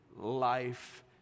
life